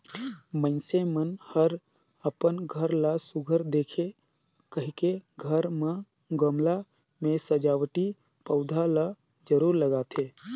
मइनसे मन हर अपन घर ला सुग्घर दिखे कहिके घर म गमला में सजावटी पउधा ल जरूर लगाथे